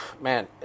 man